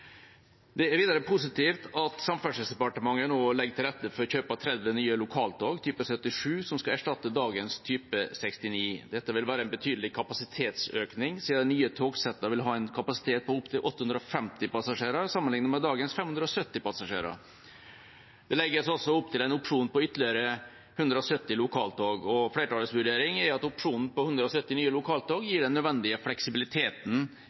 Det er videre positivt at Samferdselsdepartementet nå legger til rette for kjøp av 30 nye lokaltog, type 77, som skal erstatte dagens type 69. Dette vil gi en betydelig kapasitetsøkning, siden de nye togsettene vil ha en kapasitet på opptil 850 passasjerer, sammenlignet med dagens 570 passasjerer. Det legges også opp til en opsjon på ytterligere 170 lokaltog, og flertallets vurdering er at denne opsjonen